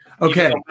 Okay